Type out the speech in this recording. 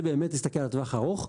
זה באמת להסתכל על הטווח הארוך.